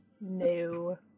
No